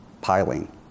piling